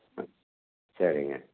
ம் சரிங்க